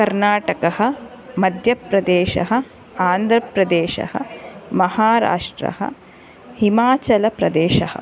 कर्नाटकः मध्यप्रदेशः आन्ध्रप्रदेशः महाराष्ट्रः हिमाचलप्रदेशः